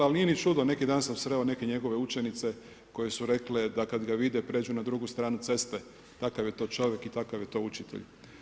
Ali nije ni čudo, neki dan sam sreo neke njegove učenice, koje su rekle, da kada ga vide, pređu na drugu stranu cestu, takav je to čovjek i takav je to učitelj.